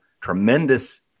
tremendous